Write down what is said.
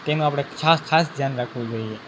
તેનું આપણે ખાસ ખાસ ધ્યાન રાખવું જોઈએ